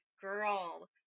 girl